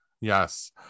yes